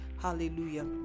hallelujah